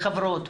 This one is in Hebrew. לחברות,